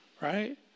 right